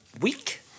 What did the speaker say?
Week